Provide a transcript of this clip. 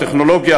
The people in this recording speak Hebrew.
הטכנולוגיה,